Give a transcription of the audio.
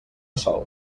sol